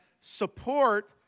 support